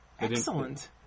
Excellent